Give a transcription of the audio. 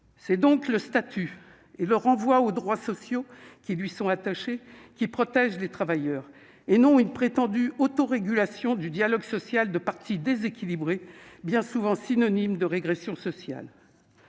C'est donc le statut et le renvoi aux droits sociaux qui lui sont attachés qui protège les travailleurs, et non une prétendue autorégulation du dialogue social de parties placées dans des situations inégales, bien souvent synonyme de régression sociale.